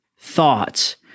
thoughts